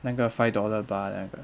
那个 five dollar bar 那个